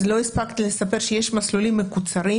לא הספקתי לספר שיש מסלולים מקוצרים,